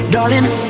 Darling